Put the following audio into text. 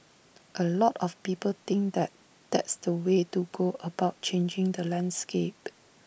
A lot of people think that that's the way to go about changing the landscape